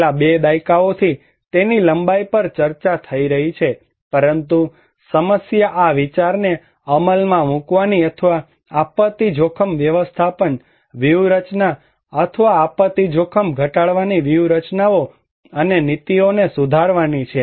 છેલ્લા બે દાયકાઓથી તેની લંબાઈ પર ચર્ચા થઈ રહી છે પરંતુ સમસ્યા આ વિચારને અમલમાં મૂકવાની અથવા આપત્તિ જોખમ વ્યવસ્થાપન વ્યૂહરચના અથવા આપત્તિ જોખમ ઘટાડવાની વ્યૂહરચનાઓ અને નીતિઓને સુધારવાની છે